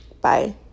Bye